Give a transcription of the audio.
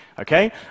Okay